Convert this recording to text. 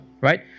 right